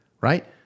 Right